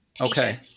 okay